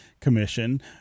commission